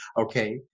Okay